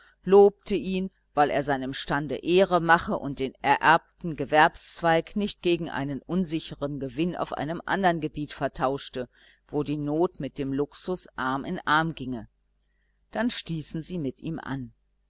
lobte ihn weil er seinem stande ehre mache und den ererbten gewerbszweig nicht gegen einen unsicheren gewinn auf andern gebieten vertausche wo die not mit dem luxus arm in arm ginge dann stießen sie mit ihm an